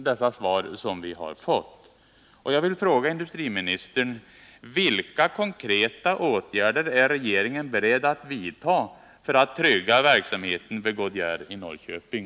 Jag vill därför fråga industriministern: Vilka konkreta åtgärder är regeringen beredd att vidta för att trygga verksamheten vid Goodyear i Norrköping?